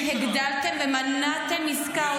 הגדלתם ומנעתם עסקה.